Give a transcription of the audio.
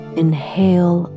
inhale